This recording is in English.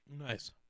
Nice